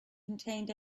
contained